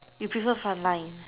you prefer fun line